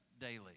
daily